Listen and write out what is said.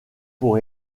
pour